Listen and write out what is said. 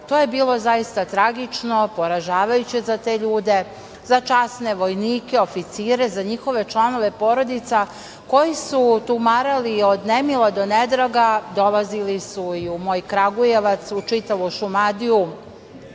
To je bilo zaista tragično, poražavajuće za te ljude, za časne vojnike, oficire, za njihove članove porodica, koji su tumarali od nemila do nedraga, dolazili su i u moj Kragujevac, u čitavu Šumadiju,